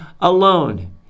alone